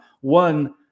one